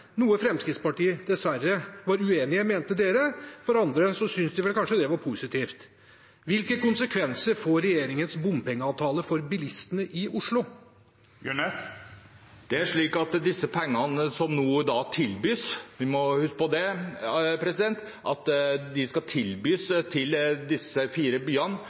noe Fremskrittspartiet dessverre var uenig i, mente dere. Andre syntes kanskje det var positivt. Hvilke konsekvenser får regjeringens bompengeavtale for bilistene i Oslo? Man må huske på at de pengene som nå tilbys disse fire byene,